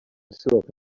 sewer